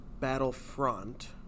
Battlefront